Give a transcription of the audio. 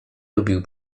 lubił